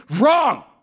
wrong